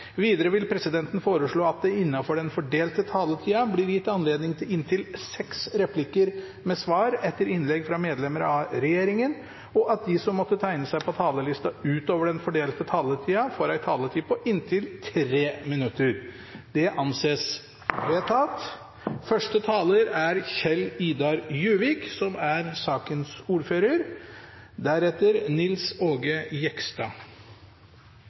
replikker med svar etter innlegg fra medlemmer fra regjeringen, og at de som måtte tegne seg på talerlisten utover den fordelte taletid, får en taletid på inntil 3 minutter. – Det anses vedtatt.